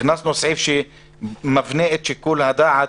אנחנו התנגדנו, הכנסנו סעיף שמבנה את שיקול הדעת,